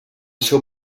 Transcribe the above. seu